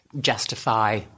justify